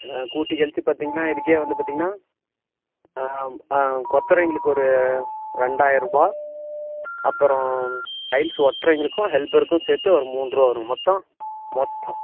கூட்டி கழித்து பார்த்தீங்கன்னா இதுக்கே வந்து பார்த்தீங்கன்னா கொத்துறவைங்களுக்கு ஒரு ரெண்டாயரருபா அப்புறம் டைல்ஸ் ஒட்டுறவைங்களுக்கும் ஹெல்ப்பருக்கும் சேர்த்து ஒரு மூன்றுபா வரும் மொத்தம் மொத்தம்